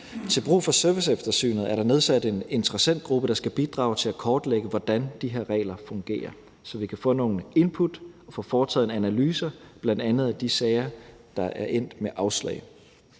Til brug for serviceeftersynet er der nedsat en interessentgruppe, der skal bidrage til at kortlægge, hvordan de her regler fungerer, så vi kan få nogle input og få foretaget en analyse, bl.a. af de sager, der er endt med afslag.